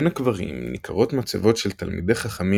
בין הקברים ניכרות מצבות של תלמידי חכמים